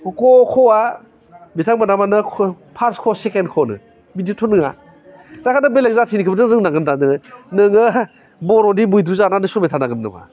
क ख आ बिथांमोना माने फार्स्त क सेकेण्ड ख होनो बिदिथ' नङा दा ओंखायनो बेलेग जाथिनिखौबौथ' रोंनांगोन दा जोङो नोङो बर'नि मैद्रु जानानै सोलिबाय थानो हागोन नामा